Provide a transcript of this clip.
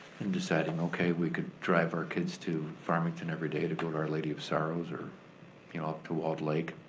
and deciding okay, we could drive our kids to farmington every day to go to our lady of sorrows, or you know up to walled lake,